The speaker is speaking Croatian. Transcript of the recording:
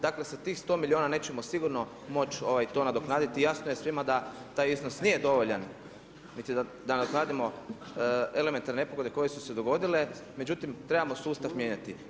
Dakle, sa tih 100 milijuna nećemo sigurno moći to nadoknaditi i jasno je svima da taj iznos nije dovoljan, niti da razradimo elementarne nepogode, koje su se dogodile, međutim, trebamo sustav mijenjati.